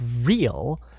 real